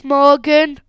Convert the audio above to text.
Morgan